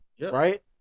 right